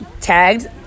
tagged